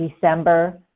December